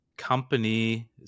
company